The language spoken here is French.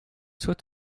soit